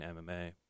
MMA